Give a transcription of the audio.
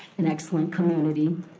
an excellent community,